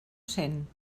sent